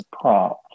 prompt